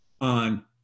on